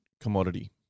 commodity